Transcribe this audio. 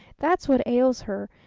that's what ails her.